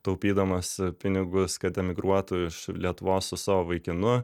taupydamas pinigus kad emigruotų iš lietuvos su savo vaikinu